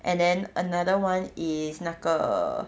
and then another one is 那个